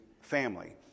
family